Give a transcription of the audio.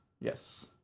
Yes